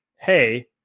Hey